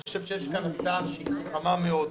אני חושב שיש כאן הצעה חכמה מאוד.